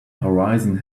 horizon